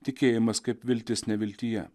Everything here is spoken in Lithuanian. tikėjimas kaip viltis neviltyje